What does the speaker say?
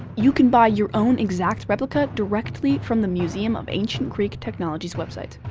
you can buy your own exact replica directly from the museum of ancient greek technology's website.